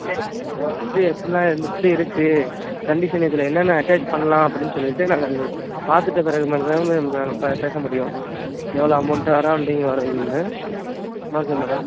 சரி அங்கே வந்து எப்படிலாம் இருக்கு எப்படி இருக்கு கண்டிஷன் இதில் என்னென்ன அட்டாச் பண்ணலாம் அப்படின்னு சொல்லிவிட்டு நாங்கள் பார்த்துட்ட பிறகு தான் மேம் நாங்கள் பே பேசமுடியும் எவ்வளோ அமௌண்ட்டு அரௌண்டிங் வரும்ன்னு ஓகே மேடம்